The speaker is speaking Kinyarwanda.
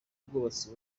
ubwubatsi